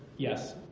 yes.